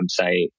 website